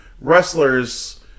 wrestlers